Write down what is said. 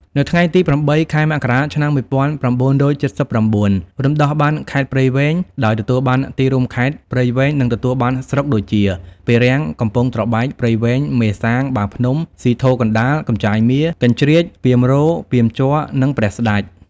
នៅថ្ងៃទី ០៨ ខែមករា ឆ្នាំ ១៩៧៩ រំដោះបានខេត្តព្រៃវែង ដោយទទួលបានទីរួមខេត្ត ព្រៃវែង និងទទួលបានស្រុកដូចជា ពារាំង កំពង់ត្របែក ព្រៃវែង មេសាង បាភ្នំ ស៊ីធរកណ្តាល កំចាយមារ កញ្ជ្រៀច ពាមរ ពាមជ័រ និងព្រះស្តេច។